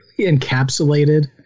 encapsulated